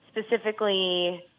specifically